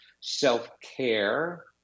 self-care